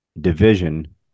division